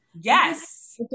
Yes